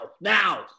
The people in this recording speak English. now